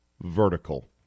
vertical